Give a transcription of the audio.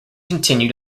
continue